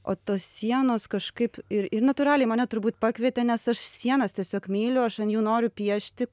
o tos sienos kažkaip ir ir natūraliai mane turbūt pakvietė nes aš sienas tiesiog myliu aš ant jų noriu piešti